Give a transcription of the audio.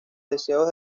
deseos